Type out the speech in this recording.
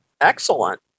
Excellent